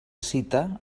cita